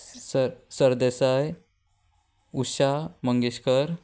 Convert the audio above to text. sir Sardesai Usha Mangeshkar